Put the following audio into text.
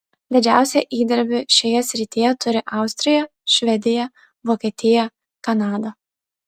didžiausią įdirbį šioje srityje turi austrija švedija vokietija kanada